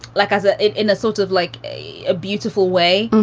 like i said it in a sort of like a a beautiful way.